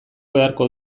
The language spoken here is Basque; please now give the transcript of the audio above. beharko